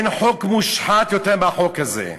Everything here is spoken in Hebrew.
אין חוק מושחת יותר מהחוק הזה.